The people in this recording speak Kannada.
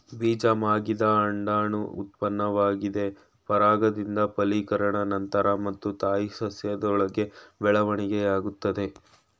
ಬೀಜ ಮಾಗಿದ ಅಂಡಾಣು ಉತ್ಪನ್ನವಾಗಿದೆ ಪರಾಗದಿಂದ ಫಲೀಕರಣ ನಂತ್ರ ಮತ್ತು ತಾಯಿ ಸಸ್ಯದೊಳಗೆ ಬೆಳವಣಿಗೆಯಾಗ್ತದೆ